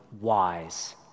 wise